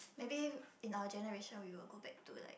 maybe in our generation we will go back to like